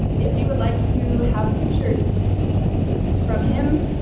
if you would like to have pictures from him,